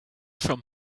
from